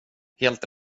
helt